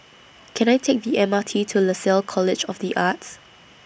Can I Take The M R T to Lasalle College of The Arts